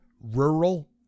rural